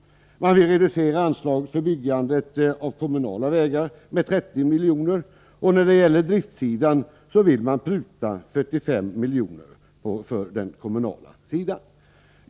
De vill reducera anslaget för byggande av kommunala vägar med 30 milj.kr., och på driften av dessa vill de pruta 35 milj.kr.